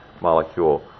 molecule